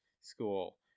school